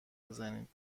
بزنید